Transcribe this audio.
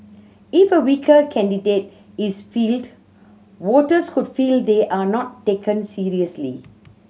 if a weaker candidate is fielded voters could feel they are not taken seriously